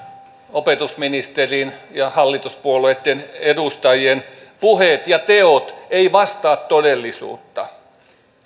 opetusministerin ja hallituspuolueitten edustajien puheet ja teot eivät vastaa todellisuutta